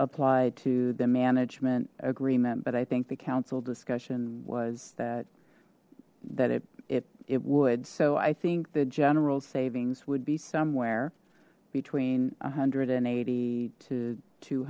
apply to the management agreement but i think the council discussion was that that it it it would so i think the general savings would be somewhere between one hundred and eighty to two